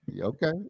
Okay